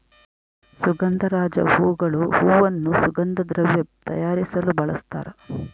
ಸುಗಂಧರಾಜ ಹೂಗಳು ಹೂವನ್ನು ಸುಗಂಧ ದ್ರವ್ಯ ತಯಾರಿಸಲು ಬಳಸ್ತಾರ